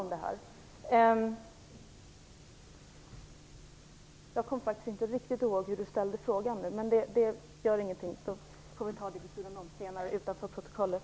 Jag kommer faktiskt inte riktigt ihåg hur Carl G Nilsson ställde frågan. Men det gör inget, vi får ta det senare, utanför protokollet.